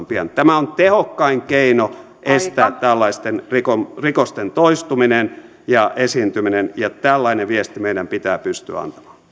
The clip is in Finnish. pian tämä on tehokkain keino estää tällaisten rikosten rikosten toistuminen ja esiintyminen ja tällainen viesti meidän pitää pystyä antamaan